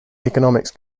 economics